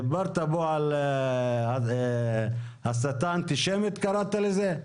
דיברת פה על הסתה אנטישמית קראת לזה?